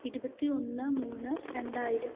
ഇരുപത്തി ഒന്ന് മൂന്ന് രണ്ടായിരം